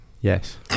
Yes